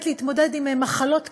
באמת, להתמודד עם מחלות קשות,